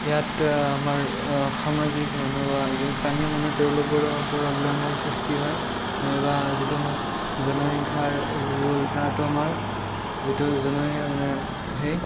ইয়াত আমাৰ সামাজিক মানুহ বা যি স্থানীয় মানুহ তেওঁলোকৰো প্ৰব্লেমৰ সৃষ্টি হয় বা যিটো আমাৰ জনসংখ্যাৰ ৰোল তাতো আমাৰ যিটো জনসংখ্যা মানে সেই